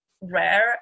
rare